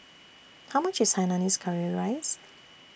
How much IS Hainanese Curry Rice